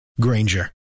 Granger